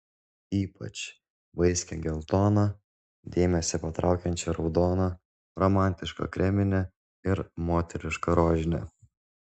ypač vaiskią geltoną dėmesį patraukiančią raudoną romantišką kreminę ir moterišką rožinę